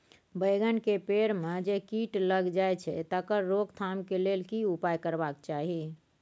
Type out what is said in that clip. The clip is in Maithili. बैंगन के पेड़ म जे कीट लग जाय छै तकर रोक थाम के लेल की उपाय करबा के चाही?